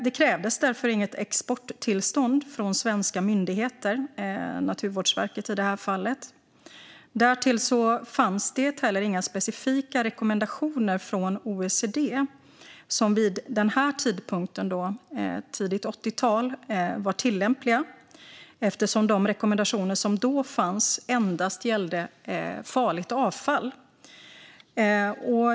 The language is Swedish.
Det krävdes därför inget exporttillstånd från svenska myndigheter - Naturvårdsverket i det här fallet. Därtill fanns det heller inga specifika rekommendationer från OECD som var tillämpliga vid den här tidpunkten, tidigt 80-tal, eftersom de rekommendationer som då fanns endast gällde farligt avfall.